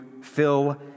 fill